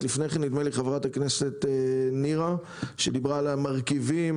--- חברת הכנסת שפק דיברה על המרכיבים